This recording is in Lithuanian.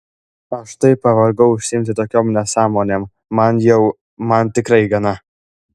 aš taip pavargau užsiimti tokiom nesąmonėm man jau man tikrai gana